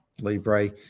Libre